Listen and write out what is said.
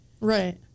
Right